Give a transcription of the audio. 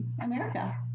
America